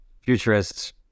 futurists